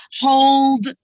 hold